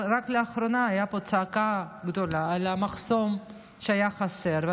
רק לאחרונה הייתה פה צעקה גדולה על המחסום שהיה חסר.